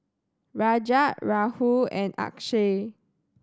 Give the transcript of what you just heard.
Rajat Rahul and Akshay